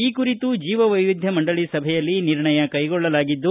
ಈ ಕುರಿತು ಜೀವವೈವಿಧ್ಯ ಮಂಡಳಿ ಸಭೆಯಲ್ಲಿ ನಿರ್ಣಯ ಕೈಗೊಳ್ಳಲಾಗಿದ್ದು